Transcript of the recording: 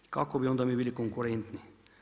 I kako bi onda mi bili konkurentni?